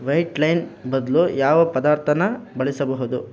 white line ಬದಲು ಯಾವ ಪದಾರ್ಥಾನ ಬಳಸಬಹುದು